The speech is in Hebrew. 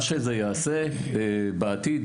מה שזה יעשה בעתיד,